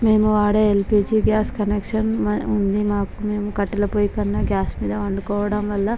మేము వాడే LPG gas connection ఉంది మాకు మేము కట్టెల పొయ్యి కన్నా గ్యాస్ మీద వండుకోవడంవల్ల